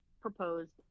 proposed